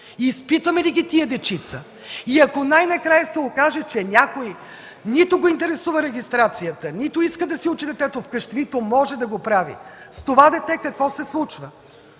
и изпитваме ли тези дечица? Ако най-накрая се окаже, че някой нито го интересува регистрация, нито иска да си учи детето вкъщи, нито може да го прави – с това дете какво се случва?